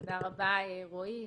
תודה רבה רועי,